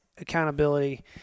accountability